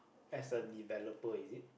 as a developer is it